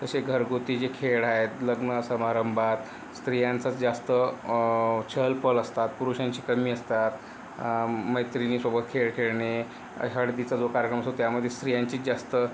असे घरगुती जे खेळ आहेत लग्न समारंभात स्त्रियांचाच जास्त चहल पहल असतात पुरूषांची कमी असतात मैत्रिणी सोबत खेळ खेळणे हळदीचा जो कार्यक्रम होतो त्यामध्ये स्त्रियांची जास्त